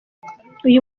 uyu